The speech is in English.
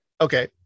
okay